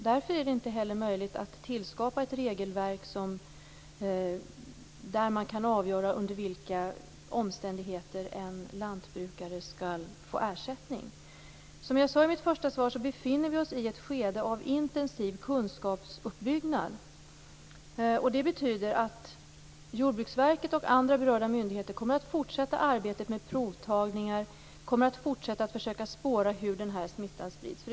Därför är det inte heller möjligt att skapa ett regelverk där det går att avgöra under vilka omständigheter en lantbrukare kan få ersättning. Som jag sade i mitt svar befinner vi oss i ett skede av intensiv kunskapsuppbyggnad. Det betyder att Jordbruksverket och andra berörda myndigheter kommer att fortsätta arbetet med provtagningar och att försöka spåra hur smittan sprids.